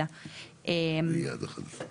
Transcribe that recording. מנגד, חלופה